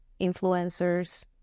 influencers